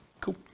Cool